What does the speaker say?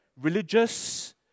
religious